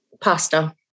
pasta